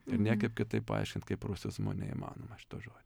ir niekaip kitaip paaiškint kaip prūsizmu neįmanoma šito žodžio